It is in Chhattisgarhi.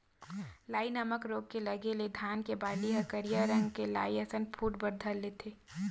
लाई नामक रोग के लगे ले धान के बाली ह करिया रंग के लाई असन फूट बर धर लेथे